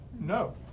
No